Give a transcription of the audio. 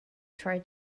try